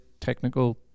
technical